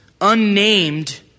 unnamed